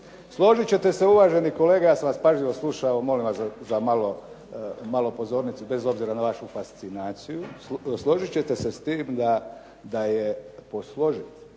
Složiti ćete se uvaženi kolega, ja sam vas pažljivo slušao, molim vas za malo pozornice bez obzira na vašu fascinaciju, složiti ćete se s tim da je posložiti